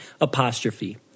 apostrophe